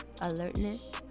alertness